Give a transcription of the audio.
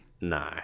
no